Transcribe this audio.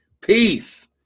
Peace